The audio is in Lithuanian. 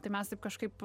tai mes taip kažkaip